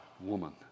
woman